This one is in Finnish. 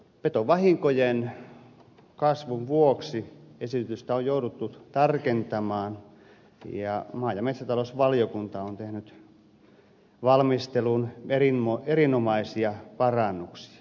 petovahinkojen kasvun vuoksi esitystä on jouduttu tarkentamaan ja maa ja metsätalousvaliokunta on tehnyt valmistelussa erinomaisia parannuksia